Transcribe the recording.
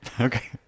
Okay